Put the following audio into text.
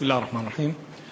בסם אללה א-רחמאן א-רחים.